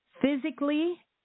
physically